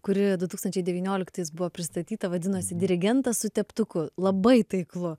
kuri du tūkstančiai devynioliktais buvo pristatyta vadinasi dirigentas su teptuku labai taiklu